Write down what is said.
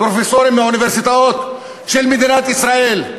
פרופסורים מאוניברסיטאות של מדינת ישראל.